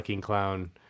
clown